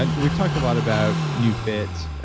and we've talked a lot about neufit,